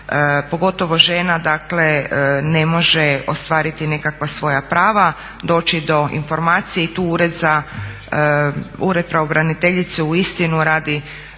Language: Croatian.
pogotovo žena, dakle ne može ostvariti nekakva svoja prava, doći do informacije i tu Ured pravobraniteljice uistinu radi